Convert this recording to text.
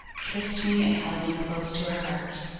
kissed me and held me close to her heart.